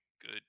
good